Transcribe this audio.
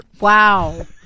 Wow